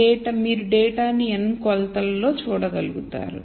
కాబట్టి మీరు డేటాను n కొలతలలో చూడగలుగుతారు